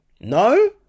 No